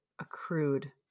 accrued